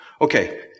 Okay